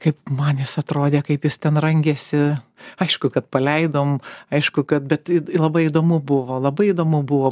kaip man jis atrodė kaip jis ten rangėsi aišku kad paleidom aišku kad bet labai įdomu buvo labai įdomu buvo